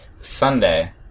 Sunday